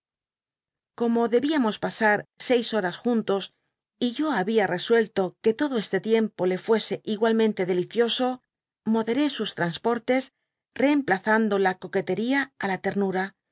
gomo debíamos pasar seis horas juntos y yo habia resuelto que todo este tiempo le fuese igualmente delicioso moderé sus transportes reemplazando la coqueteria á la ternura